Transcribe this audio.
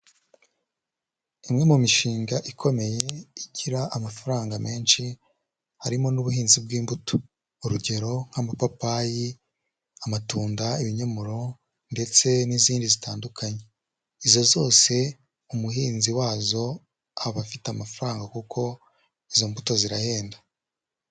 Imwe mu mishinga ikomeye igira amafaranga menshi harimo n'ubuhinzi bw'imbuto, urugero nk'amapapayi, amatunda, ibinyomoro ndetse n'izindi zitandukanye, izo zose umuhinzi wazo aba afite amafaranga kuko izo mbuto zirahenda.